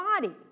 body